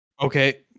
Okay